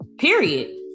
Period